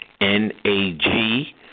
N-A-G